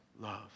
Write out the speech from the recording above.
love